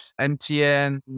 MTN